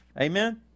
Amen